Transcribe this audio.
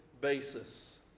basis